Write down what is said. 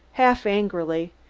half angrily,